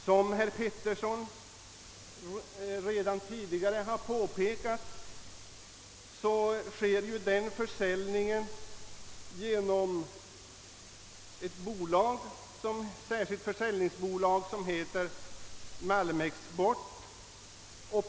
Som herr Petersson redan tidigare har påpekat sker denna försäljning genom ett särskilt försäljningsbolag, Malmexport AB.